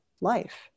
life